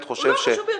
הוא לא החשוב ביותר,